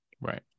Right